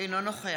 אינו נוכח